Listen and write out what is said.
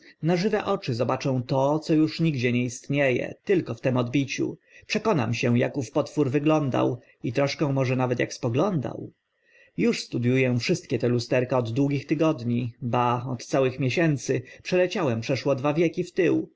na żywe oczy zobaczę to co uż nigdzie nie istnie e tylko w tym odbiciu przekonam się ak ów potwór wyglądał i troszkę może nawet ak spoglądał już studiu ę wszystkie te lusterka od długich tygodni ba od całych miesięcy przeleciałem przeszło dwa wieki w tył